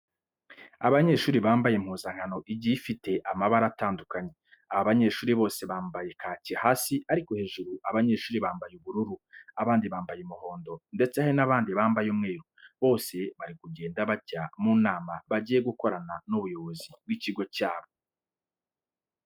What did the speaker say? Abanyeshuri bambaye impuzankano igiye ifite amabara atandukanye, aba banyeshuri bose bambaye kaki hasi ariko hejuru abenshi bambaye ubururu, abandi bambaye umuhondo ndetse hari n'abandi bambaye umweru. Bose bari kugenda bajya mu nama bagiye gukorana n'ubuyobozi bw'ikigo cyabo.